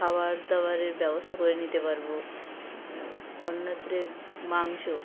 খাবার দাবারের ব্যবস্থা করে নিতে পারবো অন্যত্র মাংস